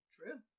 True